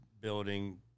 building